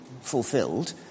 fulfilled